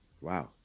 Wow